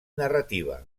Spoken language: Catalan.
narrativa